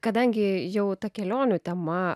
kadangi jau ta kelionių tema